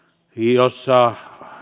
jossa